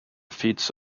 feeds